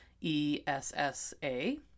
E-S-S-A